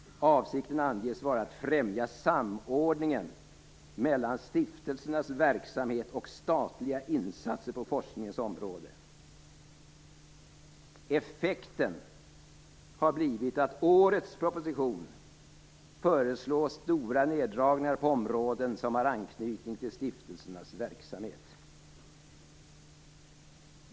Avsikten anges vara att främja samordningen mellan stiftelsernas verksamhet och statliga insatser på forskningens område. Effekten har blivit att i årets proposition föreslås stora neddragningar på områden som har anknytning till stiftelsernas verksamhet.